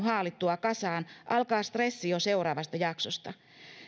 haalittua kasaan alkaa stressi jo seuraavasta jaksosta